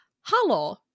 Hello